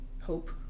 hope